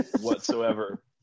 whatsoever